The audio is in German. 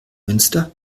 münster